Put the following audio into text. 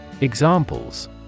Examples